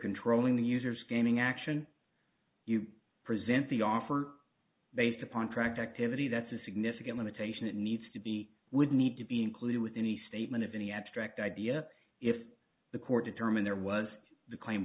controlling the users gaming action you present the offer based upon tracked activity that's a significant limitation that needs to be would need to be included within the statement of any abstract idea if the court determined there was the claim